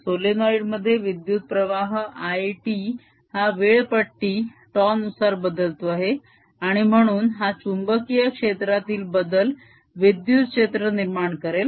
solenoid मध्ये विद्युत्प्रवाह I t हा वेळ पट्टी τ नुसार बदलतो आहे आणि म्हणून हा चुंबकीय क्षेत्रातील बदल विद्युत क्षेत्र निर्माण करेल